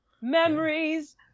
Memories